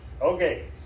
Okay